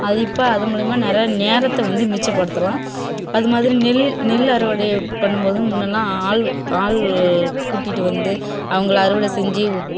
அது இப்போ அதன் மூலிமா நிறையா நேரத்தை வந்து மிச்சப்படுத்தலாம் அது மாதிரி நெல் நெல்லு அறுவடை பண்ணும் போதும் முன்னெயெல்லாம் ஆள் ஆள் கூட்டிகிட்டு வந்து அவங்களை அறுவடை செஞ்சு